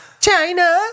China